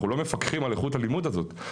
אנחנו לא מפקחים על איכות הלימוד הזאת.